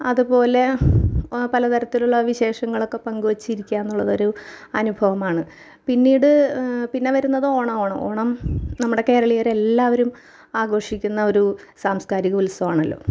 അതുപോലെ പലതരത്തിലുള്ള വിശേഷങ്ങളൊക്കെ പങ്ക് വച്ചിരിക്കുക എന്നുള്ളതൊരു അനുഭവമാണ് പിന്നീട് പിന്നെ വരുന്നത് ഓണം ആണ് ഓണം നമ്മുടെ കേരളീയർ എല്ലാവരും ആഘോഷിക്കുന്ന ഒരു സാംസ്കാരിക ഉത്സവമാണല്ലോ